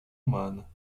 humana